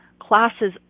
classes